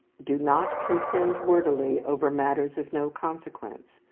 do not contend wordily over matters of no consequence,